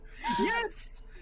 Yes